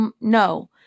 No